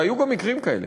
והיו גם מקרים כאלה,